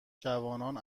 جوانان